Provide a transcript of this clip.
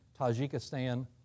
Tajikistan